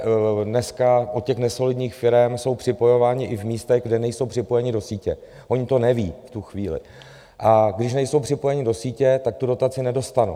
Lidé dneska od nesolidních firem jsou připojováni i v místech, kde nejsou připojeni do sítě, oni to nevědí v tu chvíli, a když nejsou připojeni do sítě, tak tu dotaci nedostanou.